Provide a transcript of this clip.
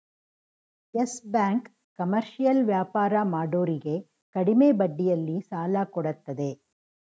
Yes Bank commercial ವ್ಯಾಪಾರ ಮಾಡೋರಿಗೆ ಕಡಿಮೆ ಬಡ್ಡಿಯಲ್ಲಿ ಸಾಲ ಕೊಡತ್ತದೆ